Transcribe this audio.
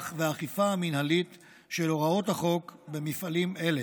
והאכיפה המינהלית של הוראות החוק במפעלים אלה.